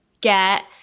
get